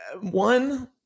One